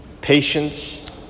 patience